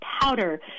powder